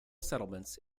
settlements